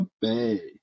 Bay